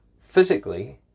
physically